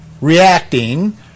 reacting